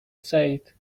said